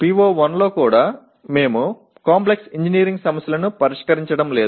PO1 இல் கூட நாங்கள் சிக்கலான பொறியியல் சிக்கல்களை எதிர்கொள்ளவில்லை